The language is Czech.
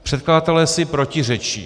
Předkladatelé si protiřečí.